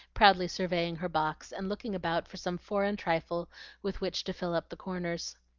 proudly surveying her box, and looking about for some foreign trifle with which to fill up the corners.